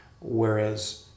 Whereas